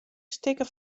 stikken